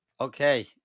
Okay